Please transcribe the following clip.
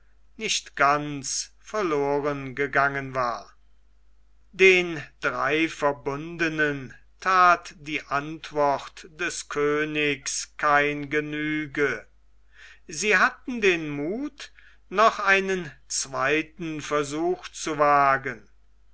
nicht ganz verloren gegangen war den drei verbundenen that die antwort des königs kein genüge sie hatten den muth noch einen zweiten versuch zu wagen